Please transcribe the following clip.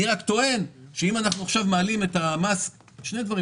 אני רוצה להוביל שני דברים,